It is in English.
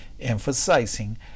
emphasizing